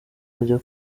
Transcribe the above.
kujya